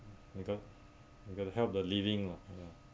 you go you gotta help the living lah ya